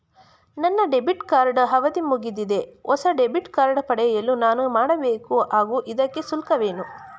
ನನ್ನ debit card ಅವಧಿ ಮುಗಿದಿದೆ ಹೊಸ ಡೆಬಿಟ್ ಕಾರ್ಡ್ ಪಡೆಯಲು ಏನು ಮಾಡಬೇಕು ಹಾಗೂ ಇದಕ್ಕೆ ಶುಲ್ಕವೇನು?